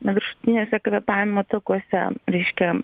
viršutiniuose kvėpavimo takuose reiškia